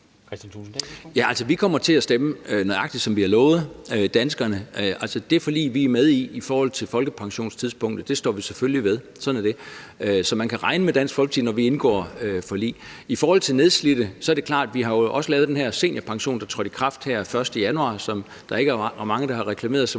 Dahl (DF): Vi kommer til at stemme, nøjagtig som vi har lovet danskerne. Altså, det forlig, vi er med i i forhold til folkepensionstidspunktet, står vi selvfølgelig ved. Sådan er det. Så man kan regne med Dansk Folkeparti, når vi indgår forlig. Og det er klart, at det også er i forhold til nedslidte, at vi har lavet den her seniorpension, der trådte i kraft den 1. januar, og som der ikke er mange der har reklameret så